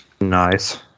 Nice